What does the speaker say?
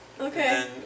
Okay